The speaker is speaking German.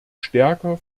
stärker